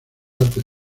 artes